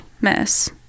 miss